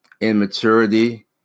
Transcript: immaturity